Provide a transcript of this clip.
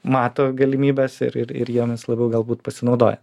mato galimybes ir ir ir jomis labiau galbūt pasinaudoja